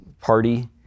party